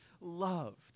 loved